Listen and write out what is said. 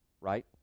right